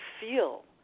feel